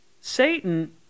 Satan